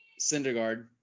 Syndergaard